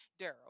daryl